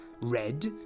Red